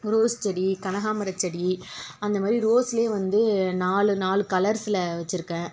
rose செடி கனகாமரம் செடி அந்த மாதிரி ரோஸ்லேயே வந்து நாலு நாலு கலர்ஸில் வச்சுருக்கேன் அதில்